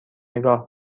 نگاه